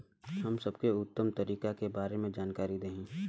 हम सबके उत्तम तरीका के बारे में जानकारी देही?